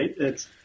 right